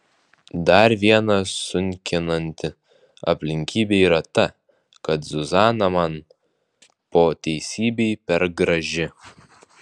dar viena sunkinanti aplinkybė yra ta kad zuzana man po teisybei per graži